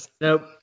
Nope